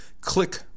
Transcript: click